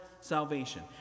salvation